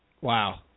Wow